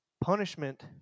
Punishment